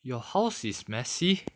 your house is messy